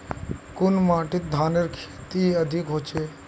कुन माटित धानेर खेती अधिक होचे?